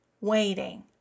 waiting